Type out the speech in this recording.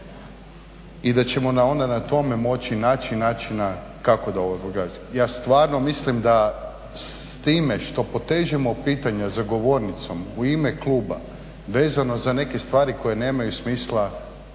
i da ćemo onda na tome moći naći načina kako do ovoga. Ja stvarno mislim da s time što potežemo pitanja za govornicom u ime Kluba vezano za neke stvari koje nemaju smisla